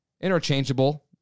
interchangeable